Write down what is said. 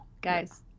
guys